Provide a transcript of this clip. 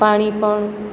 પાણી પણ